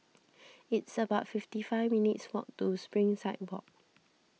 it's about fifty five minutes' walk to Springside Walk